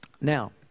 Now